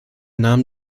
nahmen